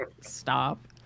Stop